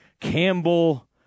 Campbell